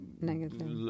negative